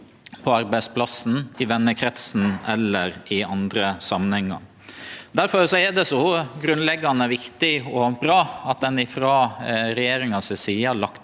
på arbeidsplassen, i venekrinsen eller i andre samanhengar. Difor er det så grunnleggjande viktig og bra at ein frå regjeringa si side har